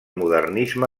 modernisme